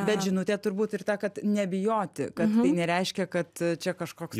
bet žinutė turbūt ir ta kad nebijoti kad tai nereiškia kad čia kažkoks